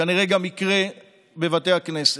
כנראה גם יקרה בבתי הכנסת.